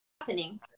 happening